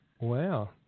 Wow